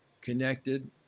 connected